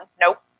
nope